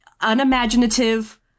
unimaginative